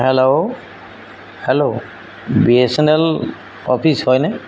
hello hello B S N L office হয়নে